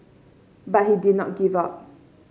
but he did not give up